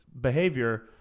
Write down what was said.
behavior